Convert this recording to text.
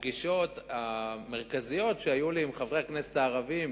בפגישות המרכזיות שהיו לי עם חברי הכנסת הערבים,